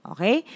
Okay